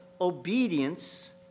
Obedience